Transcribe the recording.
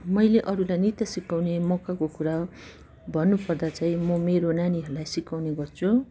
मैले अरूलाई नृत्य सिकाउने मौकाको कुरा भन्नु पर्दा चाहिँ म मेरो नानीहरूलाई सिकाउने गर्छु